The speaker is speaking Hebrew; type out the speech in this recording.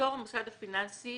ימסור המוסד הפיננסי